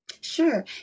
Sure